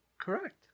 Correct